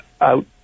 out